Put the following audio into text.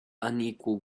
unequal